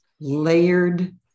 layered